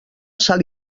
sal